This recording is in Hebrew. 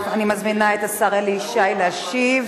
אני מזמינה את השר אלי ישי להשיב.